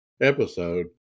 episode